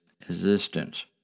existence